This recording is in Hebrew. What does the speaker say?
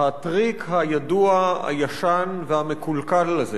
הטריק הידוע, הישן והמקולקל הזה